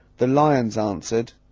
the lions answered,